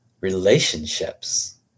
relationships